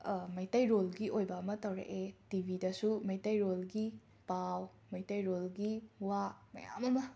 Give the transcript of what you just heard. ꯃꯩꯇꯩꯔꯣꯜꯒꯤ ꯑꯣꯏꯕ ꯑꯃ ꯇꯧꯔꯛꯑꯦ ꯇꯤꯕꯤꯗꯁꯨ ꯃꯩꯇꯩꯔꯣꯜꯒꯤ ꯄꯥꯎ ꯃꯩꯇꯩꯔꯣꯜꯒꯤ ꯋꯥ ꯃꯌꯥꯝ ꯑꯃ